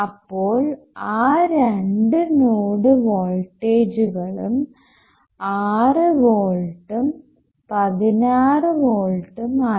ഇപ്പോൾ ആ രണ്ടു നോഡ് വോൾട്ടേജ്ജുകളും 6 വോൾട്ടും 16 വോൾട്ടും ആയി